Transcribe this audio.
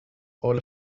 oil